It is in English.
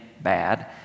bad